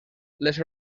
les